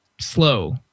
slow